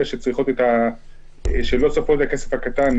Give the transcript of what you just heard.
אלו שלא צריכות את הכסף הקטן,